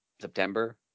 September